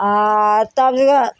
आओर तब